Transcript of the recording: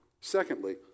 secondly